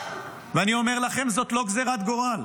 ואני אומר לכם, זאת לא גזרת גורל.